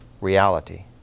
reality